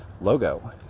logo